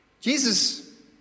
Jesus